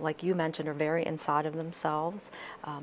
like you mentioned are very inside of themselves